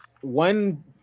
one